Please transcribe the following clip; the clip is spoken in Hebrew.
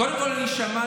קודם כול, שמעתי.